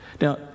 Now